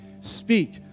speak